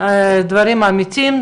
דברים אמיתיים,